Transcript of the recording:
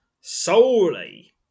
Solely